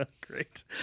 great